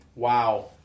Wow